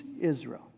Israel